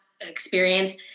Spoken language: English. experience